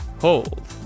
hold